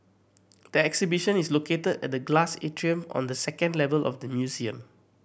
the exhibition is located at the glass atrium on the second level of the museum